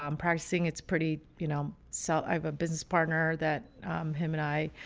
um practicing, it's pretty, you know, so i have a business partner that him and i,